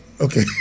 Okay